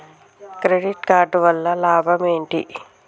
Credit card వల్ల లాభం ఏంటి?